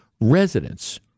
residents